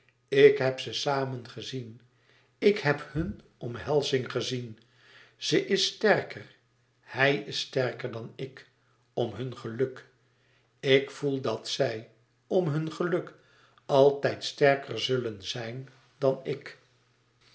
ik heb ze samen gezien ik heb hun omhelzing gezien ze is sterker hij is sterker dan ik om hun geluk ik voel dat zij om hun geluk altijd sterker zullen zijn dan ik